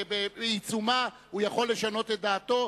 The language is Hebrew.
בעיצומה הוא יכול לשנות את דעתו,